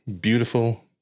beautiful